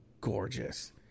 gorgeous